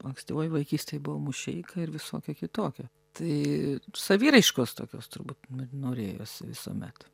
ankstyvoj vaikystėj buvau mušeika ir visokia kitokia tai saviraiškos tokios turbūt norėjosi visuomet